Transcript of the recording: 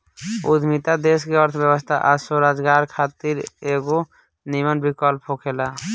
उद्यमिता देश के अर्थव्यवस्था आ स्वरोजगार खातिर एगो निमन विकल्प होखेला